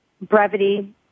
brevity